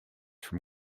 from